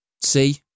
see